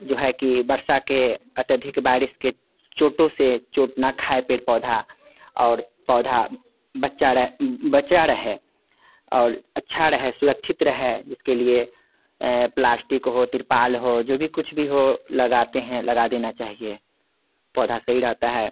जो है कि बर्षा के अत्यधिक बारिश के चोटों से चोट ना खाए पेड़ पौधा और पौधा बच्चा बचा रहे और अच्छा रहे सुरक्षित है जिसके लिए प्लास्टिक हो त्रिपाल हो जो भी कुछ भी हो लगाते हैं लगा देना चाहिए पौधा सही रहता है